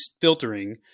filtering